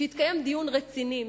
שיתקיים דיון רציני,